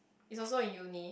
it's also in Uni